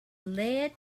led